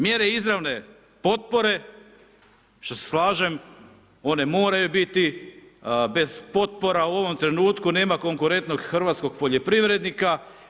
Mjere izravne potpore, što se slažem, one moraju biti bez potpora, u ovom trenutku nema konkurentnog hrvatskog poljoprivrednika.